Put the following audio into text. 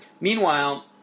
Meanwhile